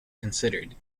considered